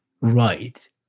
right